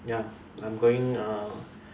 ya I'm going uh